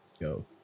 go